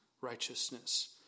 righteousness